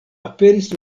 aperis